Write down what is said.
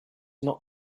not